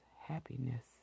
happiness